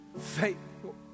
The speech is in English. faithful